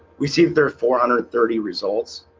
we see there are four hundred thirty results